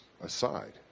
aside